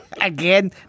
Again